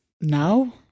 now